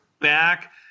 back